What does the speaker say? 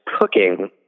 cooking